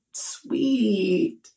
Sweet